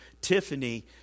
Tiffany